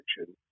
action